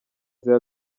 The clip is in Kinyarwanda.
ziha